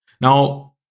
Now